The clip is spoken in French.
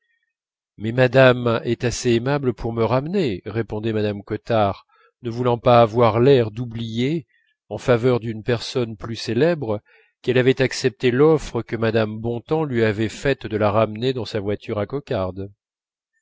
mais madame est assez aimable pour me ramener répondait mme cottard ne voulant pas avoir l'air d'oublier en faveur d'une personne plus célèbre qu'elle avait accepté l'offre que mme bontemps lui avait faite de la ramener dans sa voiture à cocarde